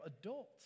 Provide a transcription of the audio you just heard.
adults